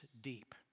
deep